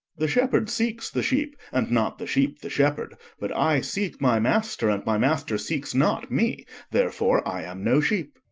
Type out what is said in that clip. the shepherd seeks the sheep, and not the sheep the shepherd but i seek my master, and my master seeks not me therefore, i am no sheep.